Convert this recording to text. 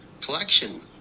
collection